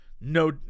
No